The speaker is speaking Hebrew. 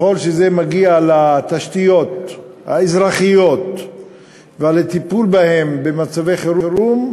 ככל שזה מגיע לתשתיות האזרחיות ולטיפול בהן במצבי חירום,